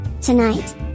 Tonight